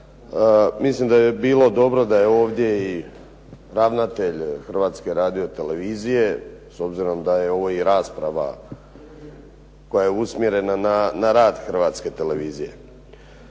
Mislim da bi bilo dobro da je ovdje i ravnatelj Hrvatske radiotelevizije s obzirom da je ovo i rasprava koja je usmjerena na rad Hrvatske televizije.